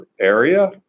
area